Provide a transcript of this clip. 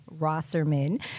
Rosserman